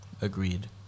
Agreed